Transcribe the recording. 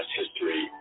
history